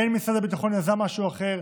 משרד הביטחון כן יזם משהו אחר,